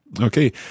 Okay